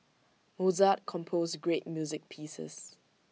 Mozart composed great music pieces